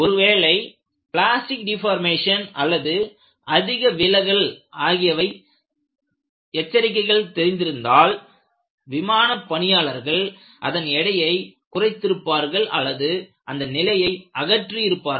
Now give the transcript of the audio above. ஒருவேளை plastic deformation அல்லது அதிக விலகல் ஆகிய எச்சரிக்கைகள் தெரிந்திருந்தால் விமான பணியாளர்கள் அதன் எடையை குறைத்து இருப்பார்கள் அல்லது அந்த நிலையை அகற்றி இருப்பார்கள்